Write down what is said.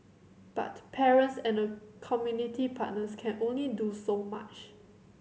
but parents and community partners can only do so much